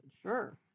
sure